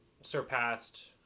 surpassed